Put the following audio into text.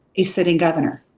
a sitting governor,